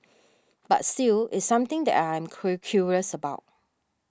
but still it's something that I am curious about